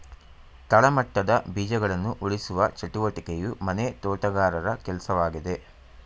ತಳಮಟ್ಟದ ಬೀಜಗಳನ್ನ ಉಳಿಸುವ ಚಟುವಟಿಕೆಯು ಮನೆ ತೋಟಗಾರರ ಕೆಲ್ಸವಾಗಿದೆ